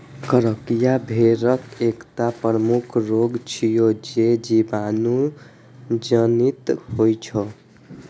फड़कियां भेड़क एकटा प्रमुख रोग छियै, जे जीवाणु जनित होइ छै